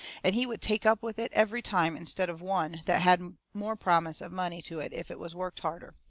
and he would take up with it every time instead of one that had more promise of money to it if it was worked harder.